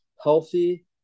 healthy